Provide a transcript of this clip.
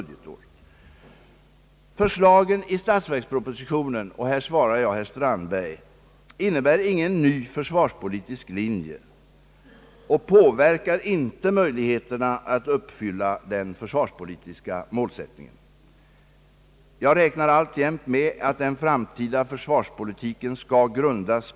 Det förslag till budget som vi nu behandlar gäller bara ett budgetår, men planeringen måste fortsätta över åtskilliga budgetår och de planerande myndigheterna måste ha hållpunkter för sin planering. De har också begärt att få ramar för sitt planeringsarbete.